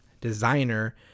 Designer